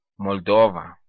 Moldova